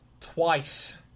twice